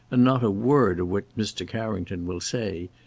and not a word of what mr. carrington will say.